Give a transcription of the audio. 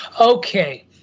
Okay